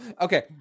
Okay